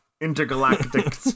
intergalactic